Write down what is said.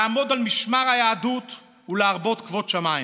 לעמוד על משמר היהדות ולהרבות כבוד שמיים.